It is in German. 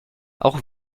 auch